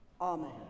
Amen